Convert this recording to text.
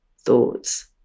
thoughts